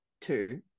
Two